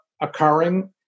occurring